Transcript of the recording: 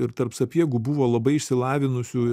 ir tarp sapiegų buvo labai išsilavinusių